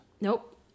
Nope